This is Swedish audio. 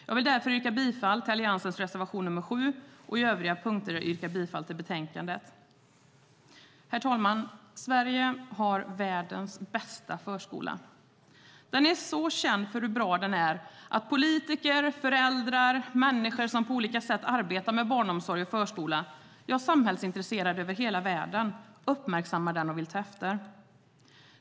Jag vill därför yrka bifall till Alliansens reservation nr 7 och under övriga punkter yrka bifall till utskottets förslag i betänkandet. Herr talman! Sverige har världens bästa förskola. Den är så känd för hur bra den är att politiker, föräldrar och människor som på olika sätt arbetar med barnomsorg och förskola - ja, samhällsintresserade över hela världen - uppmärksammar den och vill ta efter.